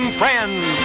friends